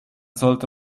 sollte